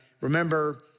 remember